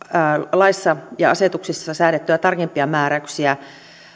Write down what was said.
laissa ja asetuksissa säädettyä tarkempia määräyksiä